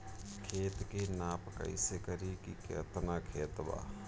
खेत के नाप कइसे करी की केतना खेत बा?